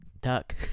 Duck